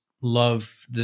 love